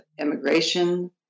immigration